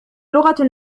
لغة